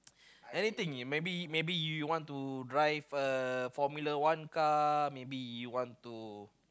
anything maybe maybe you want to drive a Formula One car maybe you want to